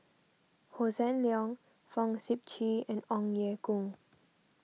Hossan Leong Fong Sip Chee and Ong Ye Kung